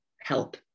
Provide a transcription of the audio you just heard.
help